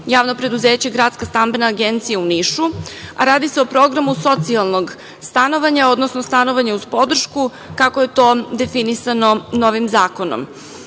sprovodi JP Gradska stambena agencija u Nišu, a radi se o programu socijalnog stanovanja, odnosno stanovanja uz podršku kako je to definisano novim zakonom. Dakle,